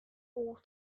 all